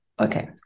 okay